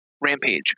rampage